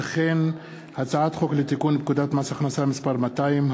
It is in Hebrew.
וכן הצעת חוק לתיקון פקודת מס הכנסה (מס' 200),